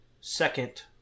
second